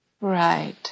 Right